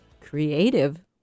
creative